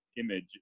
image